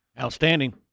Outstanding